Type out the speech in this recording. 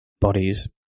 bodies